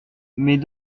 mes